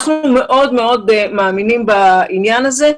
אנחנו מאוד מאוד מאמינים בעניין הזה.